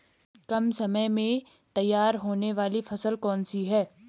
कम समय में तैयार होने वाली फसल कौन सी है?